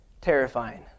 terrifying